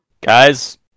Guys